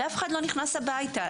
ואף אחד לא נכנס אליהם הביתה.